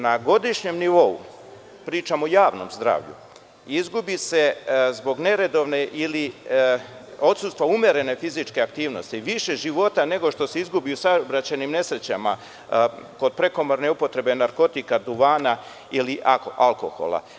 Na godišnjem nivou, pričam o javnom zdravlju, izgubi se zbog neredovne ili odsustva umerene fizičke aktivnosti više života nego što se izgubi u saobraćajnim nesrećama kod prekomerne upotrebe narkotika, duvana ili alkohola.